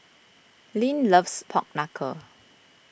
Lyn loves Pork Knuckle